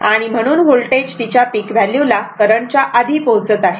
आणि म्हणून होल्टेज तिच्या पिक व्हॅल्यू ला करंट च्या आधी पोहोचत आहे